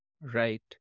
Right